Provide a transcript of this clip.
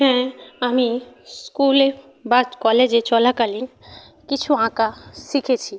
হ্যাঁ আমি স্কুলে বা কলেজে চলাকালীন কিছু আঁকা শিখেছি